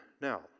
Now